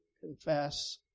confess